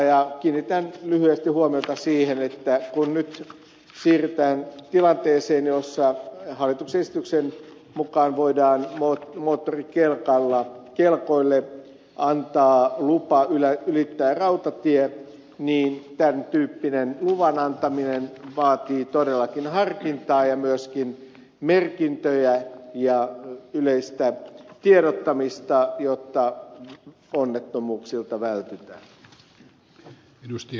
kiinnitän lyhyesti huomiota siihen että kun nyt siirrytään tilanteeseen jossa hallituksen esityksen mukaan voidaan moottorikelkoille antaa lupa ylittää rautatie niin tämän tyyppinen luvan antaminen vaatii todellakin harkintaa ja myöskin merkintöjä ja yleistä tiedottamista jotta onnettomuuksilta vältytään